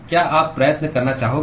क्या आप प्रयत्न करना चाहोगे